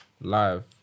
live